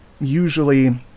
usually